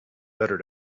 better